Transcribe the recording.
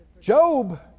Job